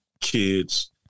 kids